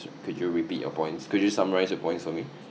could you repeat your points could you summarize your points for me